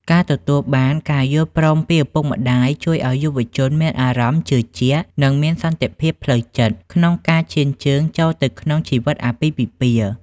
ការទទួលបានការយល់ព្រមពីឪពុកម្ដាយជួយឱ្យយុវវ័យមានអារម្មណ៍ជឿជាក់ និងមានសន្តិភាពផ្លូវចិត្តក្នុងការឈានជើងចូលទៅក្នុងជីវិតអាពាហ៍ពិពាហ៍។